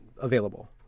available